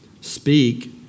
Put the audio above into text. speak